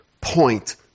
point